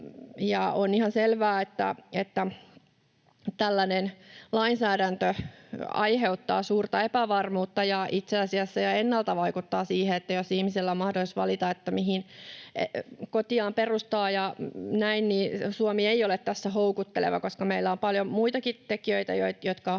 on ihan selvää, että tällainen lainsäädäntö aiheuttaa suurta epävarmuutta ja itse asiassa jo ennalta vaikuttaa siihen, että jos ihmisellä on mahdollisuus valita, mihin kotiaan perustaa ja näin, niin Suomi ei ole tässä houkutteleva, koska meillä on paljon muitakin tekijöitä,